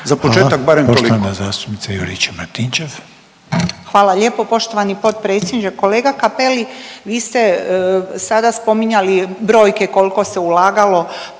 Branka (HDZ)** Hvala lijepo poštovani potpredsjedniče. Kolega Cappelli, vi ste sada spominjali brojke kolko se ulagalo